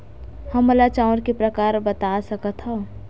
हमन ला चांउर के प्रकार बता सकत हव?